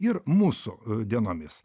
ir mūsų dienomis